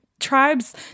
Tribes